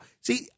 See